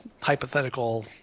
hypothetical